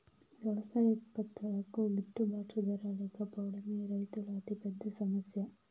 వ్యవసాయ ఉత్పత్తులకు గిట్టుబాటు ధర లేకపోవడమే రైతుల అతిపెద్ద సమస్య